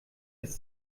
ist